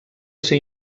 ser